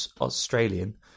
Australian